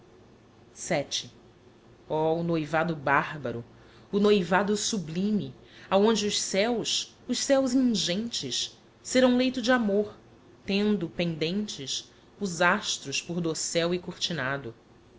o noivado barbaro o noivado sublime aonde os céos os céos ingentes serão leito de amor tendo pendentes os astros por docel e cortinado